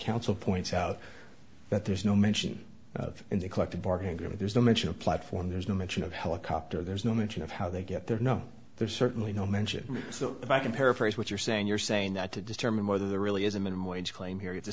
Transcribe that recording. counsel points out that there's no mention in the collective bargaining agreement there's no mention of platform there's no mention of helicopter there's no mention of how they get there no there's certainly no mention so if i can paraphrase what you're saying you're saying that to determine whether there really is a minimum wage claim here to